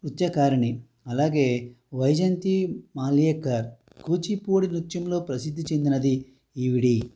నృత్యకారిణి అలాగే వైజయంతి మాలియక్కార్ కూచిపూడి నృత్యంలో ప్రసిద్ది చెందినది ఈవిడ